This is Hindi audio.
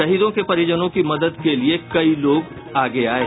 शहीदों के परिजनों की मदद के लिये कई लोग आगे आये